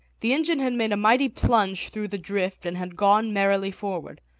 the engine had made a mighty plunge through the drift and had gone merrily forward,